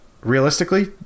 realistically